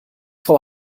frau